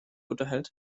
unterhält